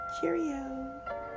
Cheerio